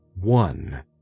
one